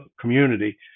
community